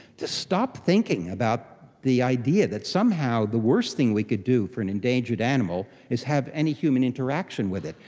to stop thinking about the idea that somehow the worst thing we could do for an endangered animal is have any human interaction with it.